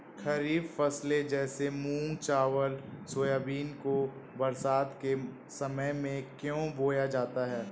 खरीफ फसले जैसे मूंग चावल सोयाबीन को बरसात के समय में क्यो बोया जाता है?